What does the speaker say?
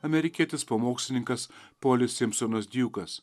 amerikietis pamokslininkas polis simsonas djukas